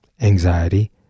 anxiety